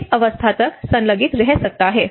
किस अवस्था तक संलगित रह सकता है